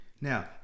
Now